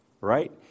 right